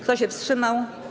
Kto się wstrzymał?